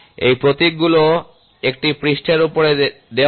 এই প্রতীক গুলি একটি পৃষ্ঠের উপরে দেওয়া হয়